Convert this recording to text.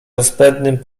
rozpędnym